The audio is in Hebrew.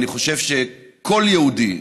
אני חושב שכל יהודי,